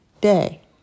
day